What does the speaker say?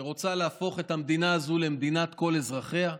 שרוצה להפוך את המדינה האת למדינת כל אזרחיה,